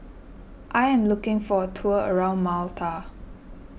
I am looking for a tour around Malta